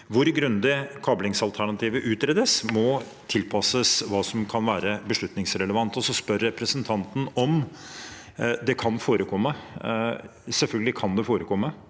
Hvor grundig kablingsalternativet utredes, må tilpasses hva som kan være beslutningsrelevant. Representanten spør om det kan forekomme. Selvfølgelig kan det forekomme.